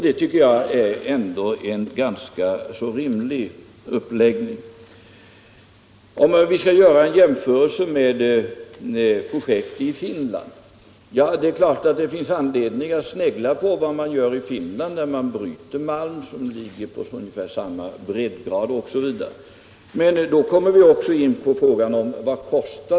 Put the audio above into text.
Det tycker jag ändå är en ganska rimlig uppläggning. Man kan göra jämförelser med projekt i Finland. Det är klart att det finns anledning att snegla på vad man gör i Finland, där man bryter malm som ligger på ungefär samma breddgrad. Men då kommer vi in på frågan vad det kostar.